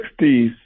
1960s